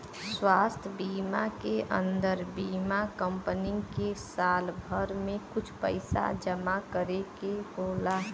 स्वास्थ बीमा के अन्दर बीमा कम्पनी के साल भर में कुछ पइसा जमा करे के होला